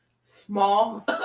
small